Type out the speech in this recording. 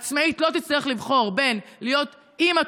עצמאית לא תצטרך לבחור בין להיות אימא